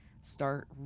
start